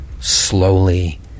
slowly